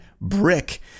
brick